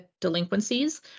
delinquencies